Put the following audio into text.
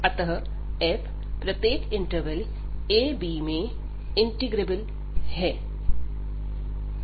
अतः f प्रत्येक इंटरवलab में इंटीग्रेबल है